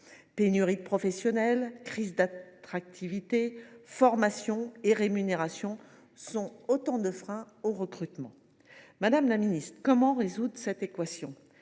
Pénurie de professionnels, crise d’attractivité, formation et rémunération sont autant de freins au recrutement. Madame la ministre, comment résoudre cette équation ?